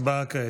הצבעה כעת.